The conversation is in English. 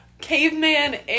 caveman